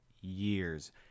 years